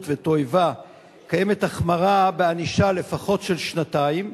ותועבה קיימת החמרה בענישה לפחות של שנתיים,